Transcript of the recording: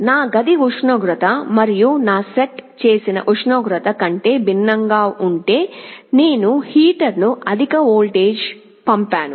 నా గది ఉష్ణోగ్రత మరియు నా సెట్ చేసిన ఉష్ణోగ్రత కంటే భిన్నంగా ఉంటే నేను హీటర్కు అధిక వోల్టేజ్ పంపాను